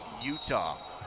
Utah